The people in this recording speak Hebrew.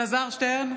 אלעזר שטרן,